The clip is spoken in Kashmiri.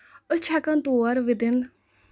أسۍ چھِ ہٮ۪کان تور وِدن